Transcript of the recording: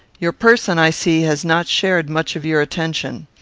your person, i see, has not shared much of your attention.